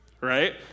right